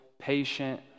patient